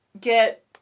get